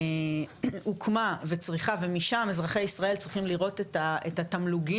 הוקמה וצריכה ומשם אזרחי ישראל צריכים לראות התמלוגים,